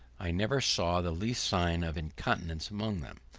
i never saw the least sign of incontinence amongst them.